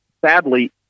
sadly